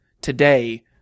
today